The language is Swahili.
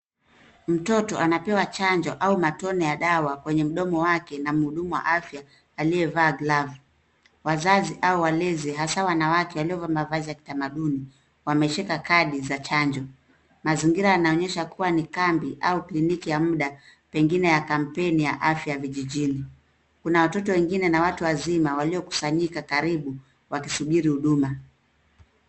Mtoto anapewa chanjo au matone ya dawa kwenye mdomo wake na mhudumu wa afya aliyevaa glavu. Wazazi au walezi hasa wanawake waliovalia mavazi ya kitamaduni wameshika kadi za chanjo. Mazingira yanaonyesha kuwa ni kambi au kliniki ya muda pengine ya kampeni ya afya vijijini. Kuna watoto wengine na watu wazima walikusanyika karibu wakisubiri huduma.